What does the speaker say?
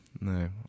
No